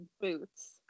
boots